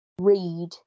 read